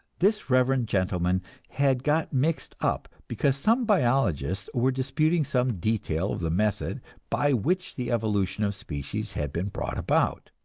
this reverend gentleman had got mixed up because some biologists were disputing some detail of the method by which the evolution of species had been brought about.